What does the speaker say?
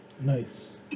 Nice